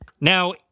Now